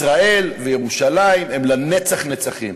ישראל וירושלים הן לנצח-נצחים.